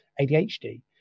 ADHD